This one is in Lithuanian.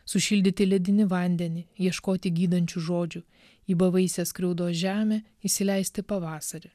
sušildyti ledinį vandenį ieškoti gydančių žodžių į bevaisę skriaudos žemę įsileisti pavasarį